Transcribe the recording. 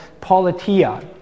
politia